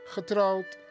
Getrouwd